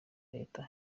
leta